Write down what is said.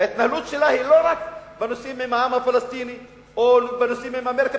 וההתנהלות שלה היא לא רק בנושאים עם העם הפלסטיני או בנושאים עם אמריקה,